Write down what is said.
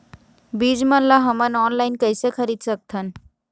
बीज मन ला हमन ऑनलाइन कइसे खरीद सकथन?